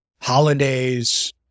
holidays